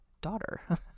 daughter